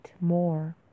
more